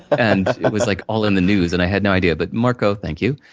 and, it was like, all in the news, and i had no idea, but marco, thank you.